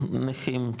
נכים,